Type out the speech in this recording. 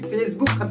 Facebook